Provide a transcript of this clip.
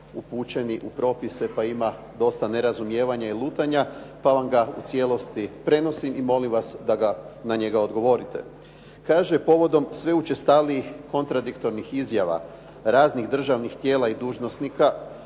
upućeni u propise pa ima dosta nerazumijevanja i lutanja pa vam ga u cijelosti prenosim i molim vas da na njega odgovorite. Kaže, povodom sve učestalijih kontradiktornih izjava raznih državnih tijela i dužnosnika